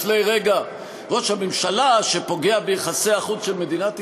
לפני רגע: ראש הממשלה שפוגע ביחסי החוץ של מדינת ישראל.